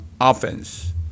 Offense